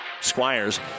squires